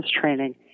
training